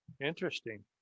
interesting